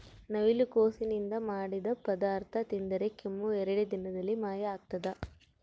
ನವಿಲುಕೋಸು ನಿಂದ ಮಾಡಿದ ಪದಾರ್ಥ ತಿಂದರೆ ಕೆಮ್ಮು ಎರಡೇ ದಿನದಲ್ಲಿ ಮಾಯ ಆಗ್ತದ